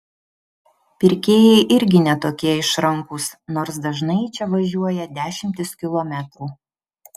pirkėjai irgi ne tokie išrankūs nors dažnai į čia važiuoja dešimtis kilometrų